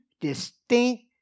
distinct